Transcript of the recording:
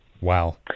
wow